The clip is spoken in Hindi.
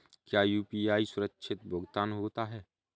क्या यू.पी.आई सुरक्षित भुगतान होता है?